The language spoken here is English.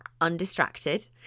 undistracted